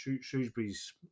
Shrewsbury's